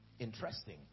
interesting